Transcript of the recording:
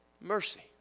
mercy